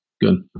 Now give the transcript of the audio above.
Good